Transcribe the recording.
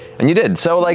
and you did, so. like